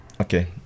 Okay